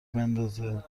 بندازه